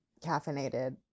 caffeinated